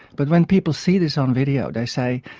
but when people see this on video they say,